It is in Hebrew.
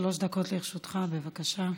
שלוש דקות לרשותך, בבקשה.